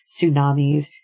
tsunamis